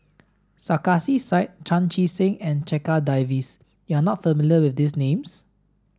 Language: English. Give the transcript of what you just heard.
Sarkasi said Chan Chee Seng and Checha Davies you are not familiar with these names